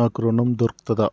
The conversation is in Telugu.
నాకు ఋణం దొర్కుతదా?